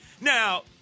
Now